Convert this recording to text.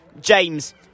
james